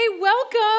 welcome